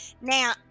Now